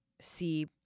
see